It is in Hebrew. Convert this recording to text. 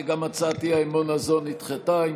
גם הצעת האי-אמון הזאת נדחתה.